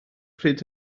pryd